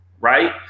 Right